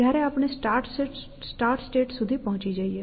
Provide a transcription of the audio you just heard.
જયારે આપણે start state સુધી પહોંચી જઈએ